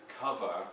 cover